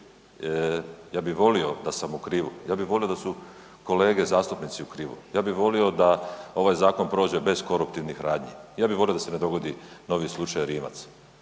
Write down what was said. ja bi volio da sam u krivu, ja bi volio da su kolege zastupnici u krivu, ja bi volio da ovaj zakon prođe bez koruptivnih radnji, ja bi volio da se ne dogodi novi slučaj Rimac,